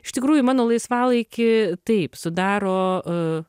iš tikrųjų mano laisvalaikį taip sudaro a